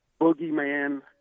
boogeyman